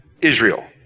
Israel